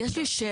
יש לי שאלה.